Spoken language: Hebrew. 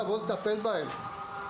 לבוא ולטפל בהם.